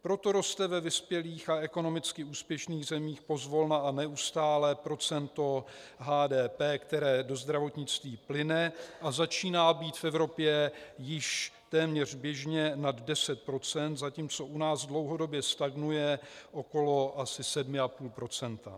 Proto roste ve vyspělých a ekonomicky úspěšných zemích pozvolna a neustále procento HDP, které do zdravotnictví plyne, a začíná být v Evropě již téměř běžně nad 10 %, zatímco u nás dlouhodobě stagnuje okolo asi 7,5 %.